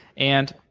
and